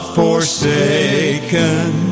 forsaken